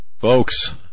Folks